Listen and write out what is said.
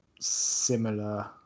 similar